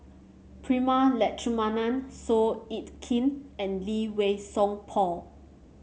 Prema Letchumanan Seow Yit Kin and Lee Wei Song Paul